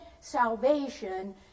salvation